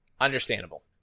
Understandable